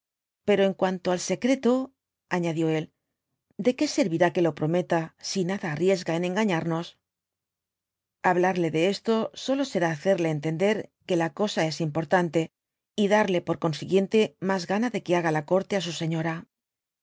pero en cuanto al secreto añadió él de que seryirá que lo prometa si nada arriesga en engañamos hablarle de esto solo será hacerle entender y que la cosa es importante y darle por consi guíente mas gana de que haga la corte á su señora